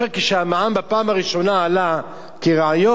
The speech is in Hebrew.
כשהמע"מ בפעם הראשונה עלה כרעיון,